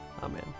Amen